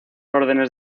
órdenes